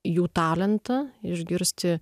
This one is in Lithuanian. jų talentą išgirsti